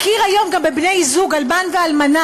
מכיר היום גם בבני-זוג, אלמן ואלמנה,